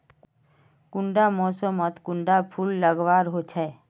कुंडा मोसमोत कुंडा फुल लगवार होछै?